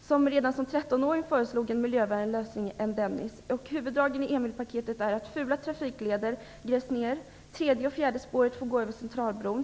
som redan som 13-åring föreslog en miljövänligare lösning än Dennis. Huvuddragen i Emilpaketet är att fula trafikleder grävs ner, att det tredje och det fjärde spåret får gå över Centralbron.